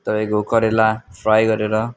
तपाईँको करेला फ्राई गरेर